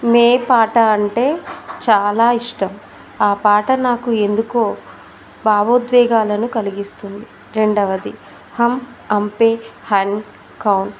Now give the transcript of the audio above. మే పాట అంటే చాలా ఇష్టం ఆ పాట నాకు ఎందుకో భావోద్వేగాను కలిగిస్తుంది రెండవది హం అంపే హన్ కౌన్